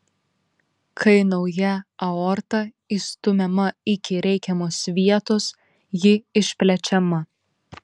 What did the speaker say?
kai nauja aorta įstumiama iki reikiamos vietos ji išplečiama